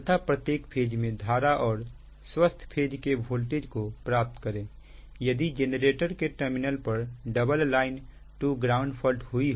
तथा प्रत्येक फेज में धारा और स्वस्थ्य फेज के वोल्टेज को प्राप्त करें यदि जेनरेटर के टर्मिनल पर double line to ground fault हुई हो